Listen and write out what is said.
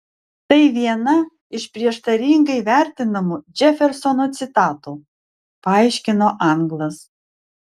tai viena iš prieštaringai vertinamų džefersono citatų paaiškino anglas